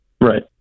Right